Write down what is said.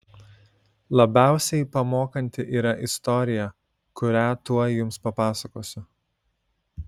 labiausiai pamokanti yra istorija kurią tuoj jums papasakosiu